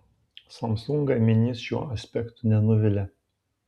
samsung gaminys šiuo aspektu nenuvilia